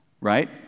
right